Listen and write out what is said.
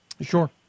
Sure